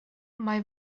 mae